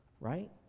right